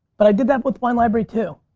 but i did that with wine library too,